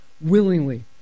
willingly